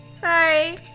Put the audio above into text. Sorry